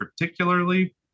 particularly